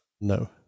No